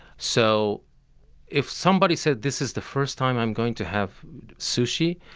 so if somebody says, this is the first time i am going to have sushi,